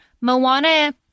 Moana